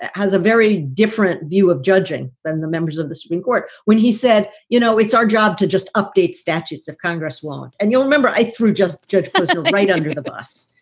has a very different view of judging than the members of the supreme court when he said, you know, it's our job to just update statutes if congress won't. and you'll remember through just judge but right under the bus.